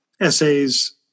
essays